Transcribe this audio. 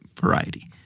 variety